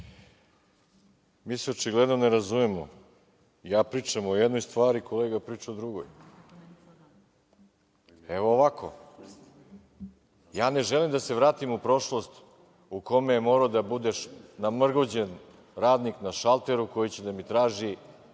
Arsić** Očigledno se ne razumemo. Ja pričam o jednoj stvari, a kolega priča o drugoj. Ovako, ja ne želim da se vratim u prošlost u kojoj je namrgođen radnik na šalteru koji će da mi traži